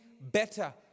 better